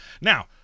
Now